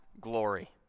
glory